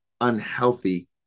unhealthy